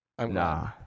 nah